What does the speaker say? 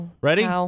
Ready